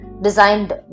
designed